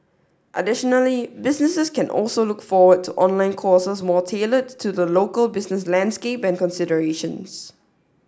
additionally businesses can also look forward to online courses more tailored to the local business landscape and considerations